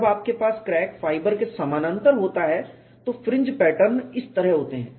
जब आपके पास क्रैक फाइबर के समानांतर होता है तो फ्रिंज पैटर्न इस तरह होते हैं